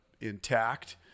intact